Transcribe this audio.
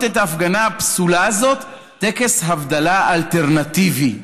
את ההפגנה הפסולה הזאת "טקס הבדלה אלטרנטיבי".